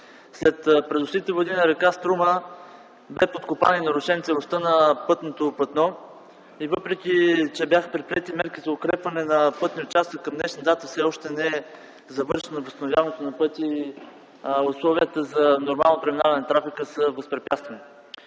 След придошлите води на р. Струма бе подкопана и нарушена целостта на пътното платно. Въпреки че бяха предприети мерки за укрепване на пътния участък, към днешна дата все още не е завършено възстановяването на пътя и условията за нормално преминаване на трафика са възпрепятствани.